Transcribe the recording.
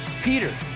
Peter